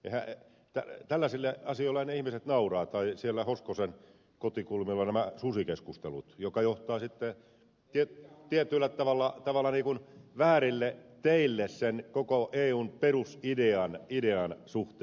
tällaisille asioillehan ne ihmiset nauravat ja siellä hoskosen kotikulmilla on nämä susikeskustelut jotka johtavat tietyllä tavalla väärille teille koko eun perusidean suhteen